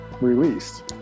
released